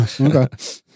Okay